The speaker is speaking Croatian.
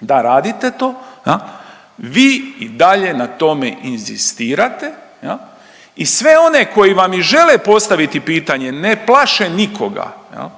da radite to. Vi i dalje na tome inzistirate i sve one koji vam i žele postaviti pitanje ne plaše nikoga